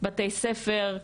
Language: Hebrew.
בתי ספר,